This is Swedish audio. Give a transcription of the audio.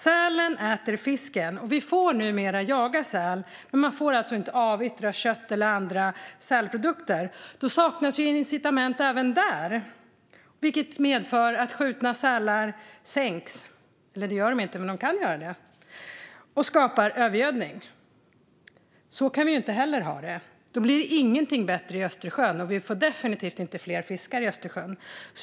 Sälen äter fisken. Man får numera jaga säl, men man får inte avyttra kött och andra sälprodukter. Då saknas incitament även där, vilket medför att skjutna sälar sänks och skapar övergödning. Eller det gör de inte, men de kan göra det. Så kan vi inte heller ha det. Då blir ingenting bättre i Östersjön, och vi får definitivt inte fler fiskare där.